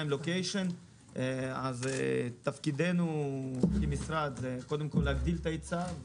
prime location אז תפקידנו במשרד להגדיל את ההיצע,